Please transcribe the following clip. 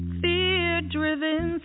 fear-driven